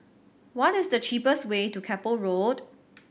what is the cheapest way to Keppel Road